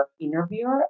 interviewer